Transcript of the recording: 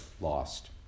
lost